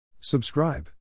Subscribe